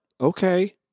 okay